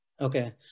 Okay